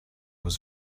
was